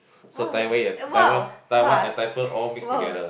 so Taiwan Taiwan Taiwan and typhoon all mix together